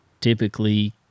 typically